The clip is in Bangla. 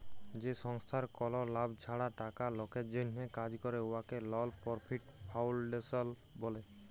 যে সংস্থার কল লাভ ছাড়া টাকা লকের জ্যনহে কাজ ক্যরে উয়াকে লল পরফিট ফাউল্ডেশল ব্যলে